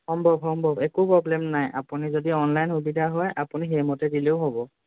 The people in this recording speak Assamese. সম্ভৱ সম্ভৱ একো প্ৰব্লেম নাই আপুনি যদি অনলাইন সুবিধা হয় আপুনি সেইমতে দিলেও হ'ব